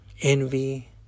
Envy